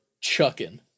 chucking